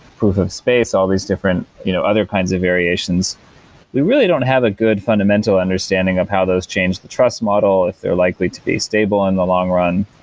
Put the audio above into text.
proof of space, all these different you know other kinds of variations we really don't have a good fundamental understanding of how those change the trust model, if they're likely to be stable in the long run.